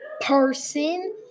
person